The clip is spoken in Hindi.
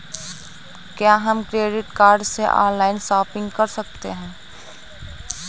क्या हम क्रेडिट कार्ड से ऑनलाइन शॉपिंग कर सकते हैं?